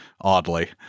oddly